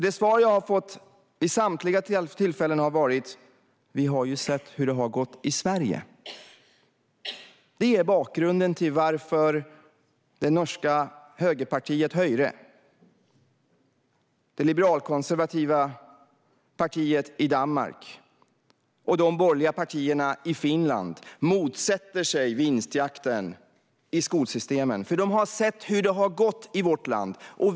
Det svar jag har fått vid samtliga tillfällen har varit: Vi har ju sett hur det har gått i Sverige. Det är bakgrunden till varför det norska högerpartiet Højre, det liberalkonservativa partiet i Danmark och de borgerliga partierna i Finland motsätter sig vinstjakten i skolsystemen. De har sett hur det har gått i vårt land. Fru talman!